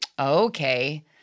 Okay